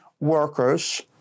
workers